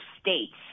states